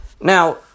Now